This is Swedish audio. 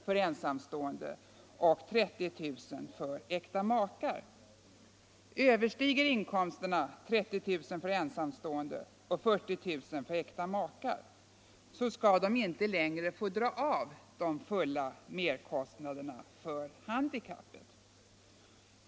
för ensamstående och vid 30 000 kr. för äkta makar. Överstiger inkomsten 30 000 kr. för ensamstående och 40 000 kr. för äkta makar får de inte längre dra av de fulla merkostnaderna för handikappet.